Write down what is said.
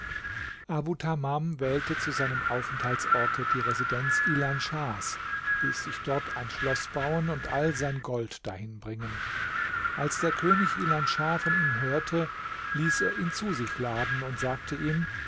wählte zu seinem aufenthaltsorte die residenz ilan schahs ließ sich dort ein schloß bauen und all sein gold dahin bringen als der könig jian schah von ihm hörte ließ er ihn zu sich laden und sagte ihm